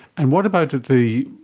and what about at the,